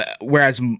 Whereas